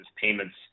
payments